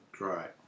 Right